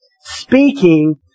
speaking